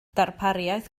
darpariaeth